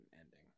ending